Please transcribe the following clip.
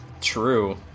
true